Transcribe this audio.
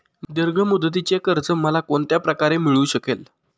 दीर्घ मुदतीचे कर्ज मला कोणत्या प्रकारे मिळू शकेल?